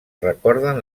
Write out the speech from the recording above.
recorden